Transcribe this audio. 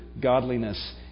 godliness